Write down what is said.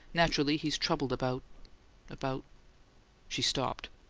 naturally, he's troubled about about she stopped.